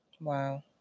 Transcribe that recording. Wow